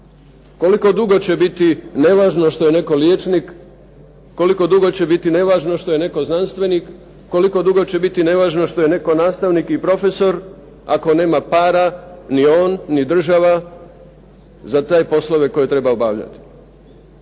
Koliko dugo će biti nevažno što je netko liječnik, koliko dugo će biti nevažno što je netko znanstvenik, koliko dugo će biti nevažno što je netko nastavnik i profesor, ako nema para, ni on, ni država za te poslove koje treba obavljati?